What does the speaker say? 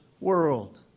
world